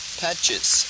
patches